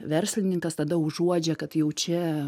verslininkas tada užuodžia kad jau čia